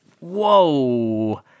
Whoa